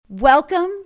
Welcome